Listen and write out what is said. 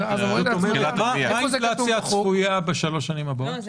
מה האינפלציה הצפויה בשלוש השנים הבאות?